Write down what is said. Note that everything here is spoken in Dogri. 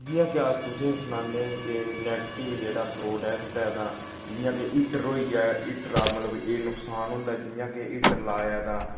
जि'यां कि अस तुसेंगी सनाने कि नेगेटव जेह्ड़ा प्रोडक्ट ऐ तां जि'यां कि हीटर होई गेआ हीटरा दा मतलब एह् नुकसान होंदा जियां कि हीटर लाया तां